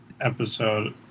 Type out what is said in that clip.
episode